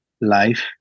life